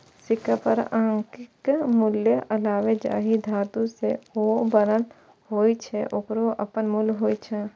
सिक्का पर अंकित मूल्यक अलावे जाहि धातु सं ओ बनल होइ छै, ओकरो अपन मूल्य होइ छै